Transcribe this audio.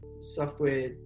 software